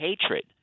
Hatred